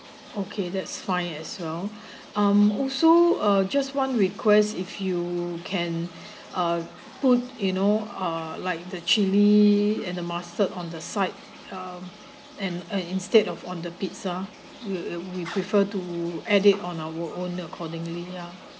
okay that's fine as well um also uh just one request if you can uh put you know ah like the chilli and the mustard on the side um and and instead of on the pizza we uh we prefer to add it on our own accordingly ya